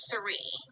three